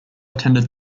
attended